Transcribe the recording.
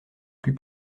plus